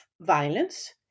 violence